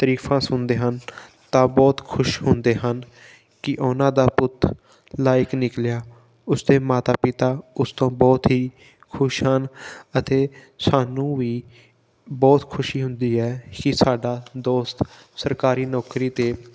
ਤਰੀਫਾਂ ਸੁਣਦੇ ਹਨ ਤਾਂ ਬਹੁਤ ਖੁਸ਼ ਹੁੰਦੇ ਹਨ ਕਿ ਉਹਨਾਂ ਦਾ ਪੁੱਤ ਲਾਇਕ ਨਿਕਲਿਆ ਉਸਦੇ ਮਾਤਾ ਪਿਤਾ ਉਸ ਤੋਂ ਬਹੁਤ ਹੀ ਖੁਸ਼ ਹਨ ਅਤੇ ਸਾਨੂੰ ਵੀ ਬਹੁਤ ਖੁਸ਼ੀ ਹੁੰਦੀ ਹੈ ਕਿ ਸਾਡਾ ਦੋਸਤ ਸਰਕਾਰੀ ਨੌਕਰੀ 'ਤੇ